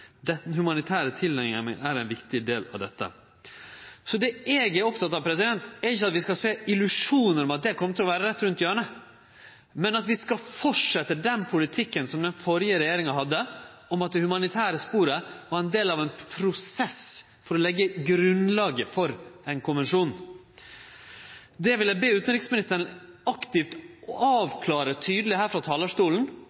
Den humanitære tilnærmingen er én viktig del av dette». Så det eg er oppteken av, er ikkje at vi skal spreie illusjonar om at dette kjem til å vere rett rundt hjørnet, men at vi skal fortsetje den politikken som den førre regjeringa hadde, at det humanitære sporet er ein del av ein prosess for å leggje grunnlaget for ein konvensjon. Det vil eg be utanriksministeren aktivt